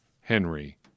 Henry